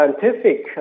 scientific